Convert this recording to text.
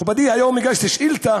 מכובדי, היום הגשתי שאילתה